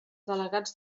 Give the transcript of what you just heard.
delegats